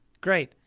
Great